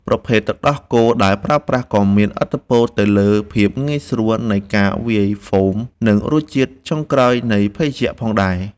ប្រភេទទឹកដោះគោដែលប្រើប្រាស់ក៏មានឥទ្ធិពលទៅលើភាពងាយស្រួលនៃការវាយហ្វូម និងរសជាតិចុងក្រោយនៃភេសជ្ជៈផងដែរ។